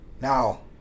Now